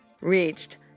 reached